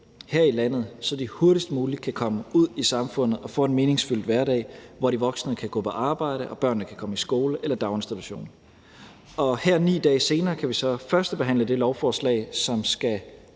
her i landet, så de hurtigst muligt kan komme ud i samfundet og få en meningsfyldt hverdag, hvor de voksne kan gå på arbejde og børnene kan komme i skole eller daginstitution. Her 9 dage senere kan vi så førstebehandle det lovforslag, som skal